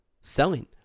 selling